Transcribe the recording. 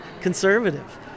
conservative